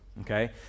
okay